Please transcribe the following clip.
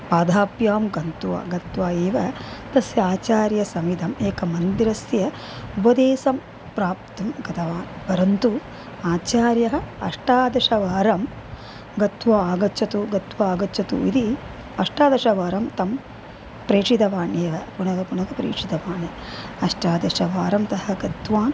पादाभ्यां गत्वा गत्वा एव तस्य आचार्यसमीपम् एकमन्दिरस्य उपदेशं प्राप्तुं गतवान् परन्तु आचार्यः अष्टादशवारं गत्वा आगच्छतु गत्वा आगच्छतु इति अष्टादशवारं तं प्रेषितवान् एव पुनः पुनः प्रेषितवान् अष्टादशवारं सः गतवान्